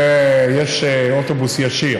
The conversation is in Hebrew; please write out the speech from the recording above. הלאומי ורוצים להתגייס למשטרת ישראל.